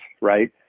right